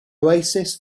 oasis